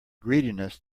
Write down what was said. greediness